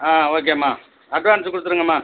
ஆ ஓகேம்மா அட்வான்ஸு கொடுத்துருங்கம்மா